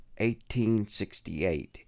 1868